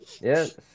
Yes